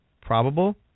Probable